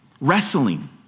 Wrestling